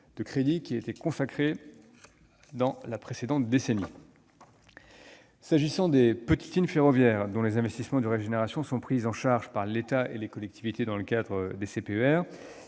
de 50 % par rapport à la précédente décennie. S'agissant des petites lignes ferroviaires, dont les investissements de régénération sont pris en charge par l'État et les collectivités dans le cadre des